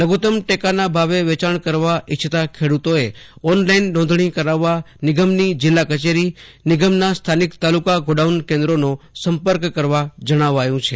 લઘુત્તમ ટેકાના ભાવે વેચાણ કરવા ઇચ્છા ધરાવતા ખેડુતોએ ઓનલાઇન નોંધણી કરાવવા નિગમની જિલ્લા કચેરી નિગમના સ્થાનિક તાલુકા ગોડાઉન કેન્દ્રોનો સંપર્ક કરવા જણાવ્યું છે